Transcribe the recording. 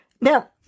now